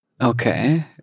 Okay